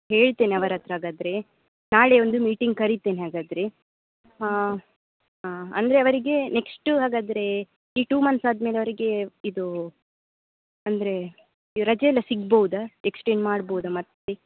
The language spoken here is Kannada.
ಹೇಳ್ತೀನಿ ಅವರ ಹತ್ರ ಹಾಗಾದರೆ ನಾಳೆ ಒಂದು ಮೀಟಿಂಗ್ ಕರಿತೇನೆ ಹಾಗಾದರೆ ಹಾಂ ಹಾಂ ಅಂದರೆ ಅವರಿಗೆ ನೆಕ್ಸ್ಟು ಹಾಗಾದರೆ ಈ ಟು ಮಂತ್ಸ್ ಆದ್ಮೇಲೆ ಅವರಿಗೆ ಇದು ಅಂದರೆ ಈ ರಜೆಯೆಲ್ಲ ಸಿಗ್ಬೌದಾ ಎಕ್ಸ್ಟೆಂಡ್ ಮಾಡ್ಬೋದಾ ಮತ್ತೆ